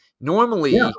Normally